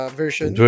version